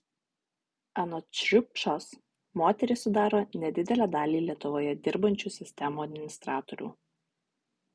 anot šriupšos moterys sudaro nedidelę dalį lietuvoje dirbančių sistemų administratorių